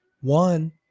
One